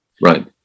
Right